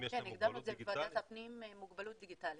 הגדרנו את זה בוועדת הפנים כמוגבלות דיגיטלית.